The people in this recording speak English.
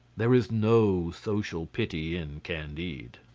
there is no social pity in candide.